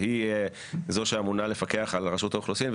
שהיא זו שאמונה לפקח על רשות האוכלוסין,